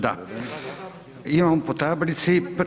Da, imamo po tablici.